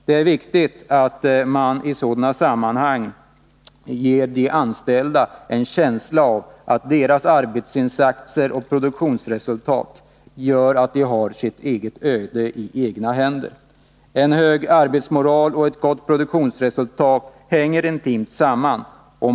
Det är viktigt att man i sådana sammanhang ger de anställda en känsla av att deras arbetsinsatser och produktionsresultat gör att de har sitt öde i egna Nr 38 händer. En hög arbetsmoral och ett gott produktionsresultat hänger intimt samman.